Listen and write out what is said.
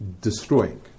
destroying